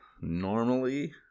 normally